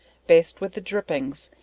baste with the dripping,